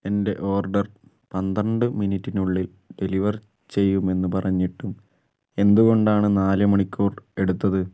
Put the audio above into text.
എന്റെ ഓർഡർ പന്ത്രണ്ട് മിനിറ്റിനുള്ളിൽ ഡെലിവർ ചെയ്യുമെന്ന് പറഞ്ഞിട്ടും എന്തുകൊണ്ടാണ് നാല് മണിക്കൂർ എടുത്തത്